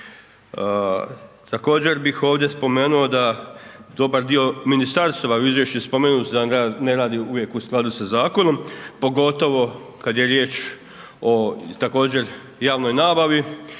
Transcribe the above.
Također bih ovdje spomenuo da dobar dio ministarstva u izvješću je spomenut da ga ne radi uvijek u skladu sa zakonom, pogotovo kad je riječ o također javnoj nabavi